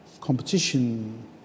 competition